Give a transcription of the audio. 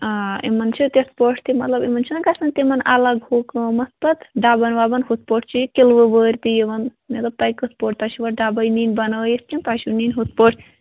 آ یِمَن چھِ تِتھ پٲٹھۍ تہِ مطلب یِمَن چھِنہ گژھان تِمَن الگ ہُہ قۭمَتھ پَتہٕ ڈَبَن وَبَن ہُتھ پٲٹھۍ یہِ کِلٕوٕ وٲرۍ تہِ یِوان مےٚ دوٚپ تۄہہِ کِتھ پٲٹھۍ تۄہہِ چھُوا ڈَبَے نِنۍ بنٲیِتھ کِنہٕ تۄہہِ چھُو نِنۍ ہُتھ پٲٹھۍ